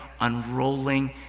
unrolling